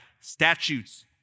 statutes